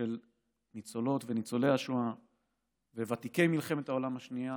של ניצולות וניצולי השואה וותיקי מלחמת העולם השנייה